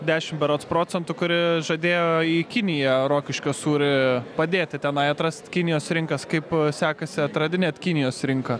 dešim berods procentų kuri žadėjo į kiniją rokiškio sūrį padėti tenai atrast kinijos rinkas kaip sekasi atradinėt kinijos rinką